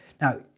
now